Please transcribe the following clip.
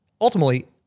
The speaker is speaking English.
ultimately